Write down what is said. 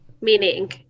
meaning